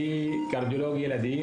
קרדיולוג ילדים.